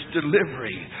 delivery